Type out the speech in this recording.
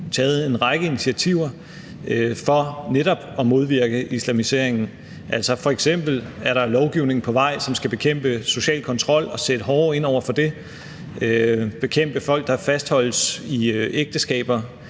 taget en række initiativer for netop at modvirke islamisering. F.eks. er der lovgivning på vej, som skal bekæmpe social kontrol og sætte hårdere ind over for det, altså bekæmpe, at der er folk, der fastholdes i ægteskaber,